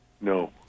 No